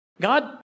God